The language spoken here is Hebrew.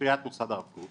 לספריית מוסד הרב קוק